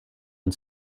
and